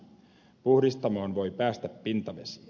puhdistamoon voi päästä pintavesiä